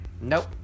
Nope